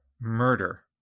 murder